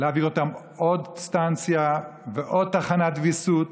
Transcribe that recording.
להעביר אותם עוד אינסטנציה ועוד תחנת ויסות